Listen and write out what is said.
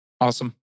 Awesome